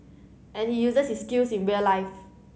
and he uses his skills in real life